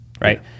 right